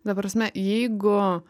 ta prasme jeigu